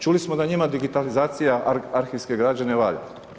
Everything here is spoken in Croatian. Čuli smo da njima digitalizacija arhivske građe ne valja.